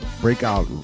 breakout